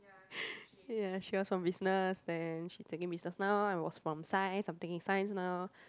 ya she was from Business then she taking business now I was from Science I'm taking science now